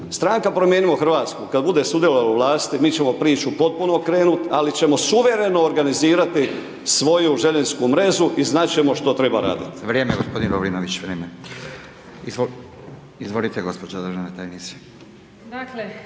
Stranka Promijenimo Hrvatsku, kada bude sudjelovala u vlasti, mi ćemo priču potpuno okrenuti, ali ćemo suvremeno organizirati svoju željezničku mrežu i znati ćemo što treba raditi.